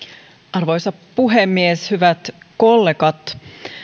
arvoisa puhemies hyvät kollegat